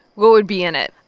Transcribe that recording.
what would be in it?